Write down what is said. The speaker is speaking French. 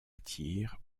tyr